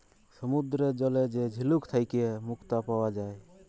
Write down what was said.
সমুদ্দুরের জলে যে ঝিলুক থ্যাইকে মুক্তা পাউয়া যায়